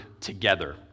together